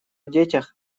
детях